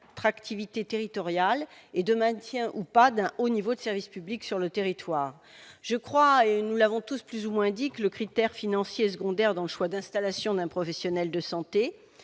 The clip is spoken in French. attractivité territoriale et de maintien ou pas d'un haut niveau de service public, sur le territoire, je crois, et nous l'avons tous plus ou moins dit que le critère financier secondaire dans le choix d'installation d'un professionnel de santé